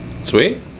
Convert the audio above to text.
Sweet